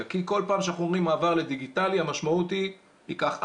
כי כל פעם שאנחנו עוברים מעבר לדיגיטלי המשמעות היא שזה ייקח ארבע,